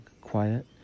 quiet